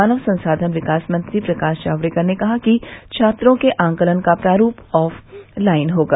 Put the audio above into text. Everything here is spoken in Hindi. मानव संसाधन विकास मंत्री प्रकाश जावडेकर ने कहा कि छात्रों के आकलन का प्रारूप ऑफ लाइन होगा